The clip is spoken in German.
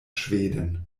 schweden